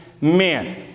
men